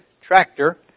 tractor